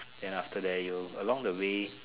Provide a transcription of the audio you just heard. then after that you along the way